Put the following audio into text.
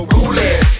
Ruling